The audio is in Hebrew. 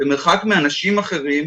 במרחק מאנשים אחרים,